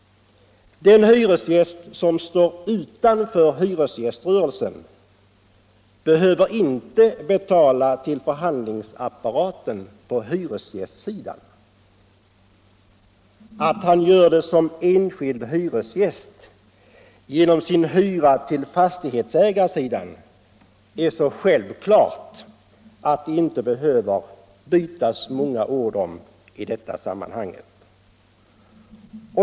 Den hyresgäst som står utanför hyresgäströrelsen behöver inte betala till förhandlingsapparaten på hyresgästsidan. Att han gör det som enskild hyresgäst genom sin hyra till fastighetsägarsidan är så självklart att det inte behöver bytas många ord om den saken i detta sammanhang.